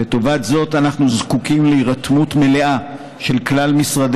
לטובת זאת אנחנו זקוקים להירתמות המלאה של כלל משרדי